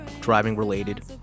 driving-related